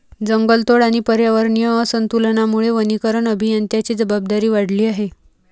जंगलतोड आणि पर्यावरणीय असंतुलनामुळे वनीकरण अभियंत्यांची जबाबदारी वाढली आहे